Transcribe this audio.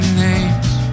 names